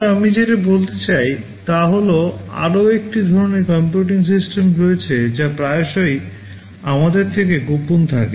তবে আমি যেটি বলতে চাই তা হল আরও একটি ধরণের কম্পিউটিং সিস্টেম রয়েছে যা প্রায়শই আমাদের থেকে গোপন থাকে